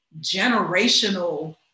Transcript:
generational